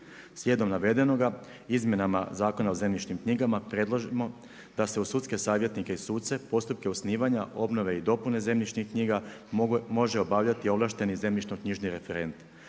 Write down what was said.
Slijedom navedenoga, izmjenama Zakona o zemljišnim knjigama predlažemo da se u sudske savjetnike i suce postupke osnivanja, obnove i dopune zemljišnih knjiga može obavljati ovlašteni zemljišno-knjižni referent.